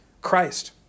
Christ